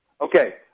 Okay